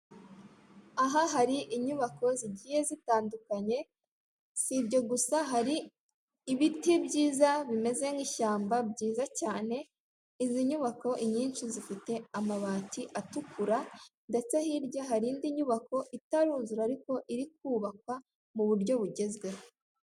Aha hari inyubako zigiye zitandukanye, si ibyo gusa, hari ibiti byiza bimeze nk'ishyamba, byiza cyane, izi nyubako inyinshi zifite amabati atukura, ndetse hirya hari indi nyubako itaruzura ariko iri kubakwa mu buryo bugezweho.